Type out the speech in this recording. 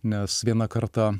nes vieną kartą